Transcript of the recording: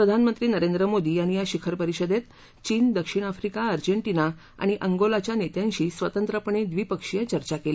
प्रधानमंत्री नरेंद्र मोदी यांनी या शिखर परिषदेत चीन दक्षिण अफ्रीका अर्जेंटीना आणि अंगोलाच्या नेत्यांशी स्वतंत्रपणे द्विपक्षीय चर्चा केली